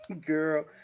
girl